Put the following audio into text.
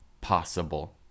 possible